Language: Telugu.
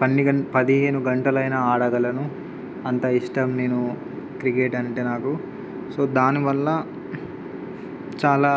పండిగన్ పదిహేను గంటలు అయిన ఆడగలను అంత ఇష్టం నేను క్రికెట్ అంటే నాకు సో దాని వల్ల చాలా